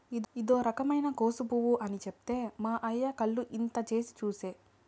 ఇదో రకమైన కోసు పువ్వు అని చెప్తే మా అయ్య కళ్ళు ఇంత చేసి చూసే